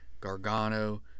Gargano